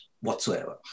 Whatsoever